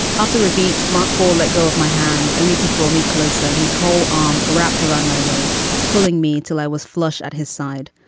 after a beat mark paul let go of my hand only to draw me closer. his whole arm wrapped around my waist, pulling me till i was flush at his side.